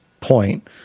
point